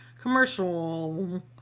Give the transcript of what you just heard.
commercial